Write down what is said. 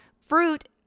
fruit